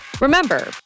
Remember